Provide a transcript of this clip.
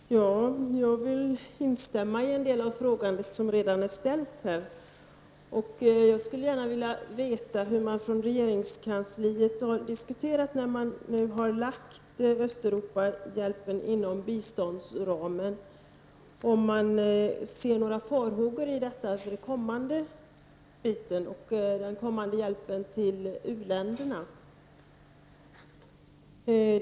Herr talman! Jag vill instämma i en del av de frågor som redan har ställts här. Jag skulle gärna vilja veta hur man i regeringskansliet har diskuterat, när man nu har lagt Östeuropahjälpen inom biståndsramen. Ser man några farhågor i detta när det gäller den framtida hjälpen till u-länderna?